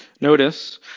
Notice